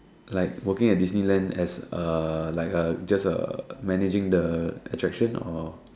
like working at Disneyland as a like a just a managing the attraction or